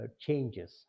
changes